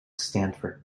stanford